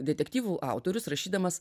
detektyvų autorius rašydamas